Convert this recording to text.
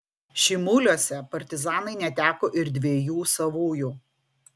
šimuliuose partizanai neteko ir dviejų savųjų